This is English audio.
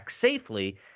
safely